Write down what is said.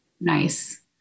nice